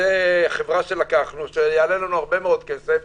זאת חברה שלקחנו שתעלה לנו הרבה מאוד כסף,